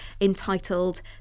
entitled